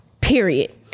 period